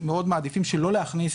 מאוד מעדיפים שלא להכניס,